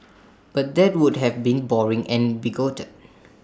but that would have been boring and bigoted